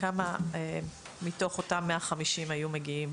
כמה מתוך אותם 150 היו מגיעים